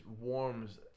warms